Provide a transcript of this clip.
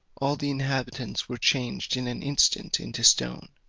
all the inhabitants were changed in an instant into stone,